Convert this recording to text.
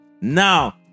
now